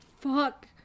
Fuck